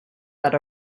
that